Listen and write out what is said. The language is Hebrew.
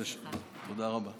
תודה רבה.